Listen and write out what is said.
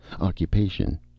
Occupation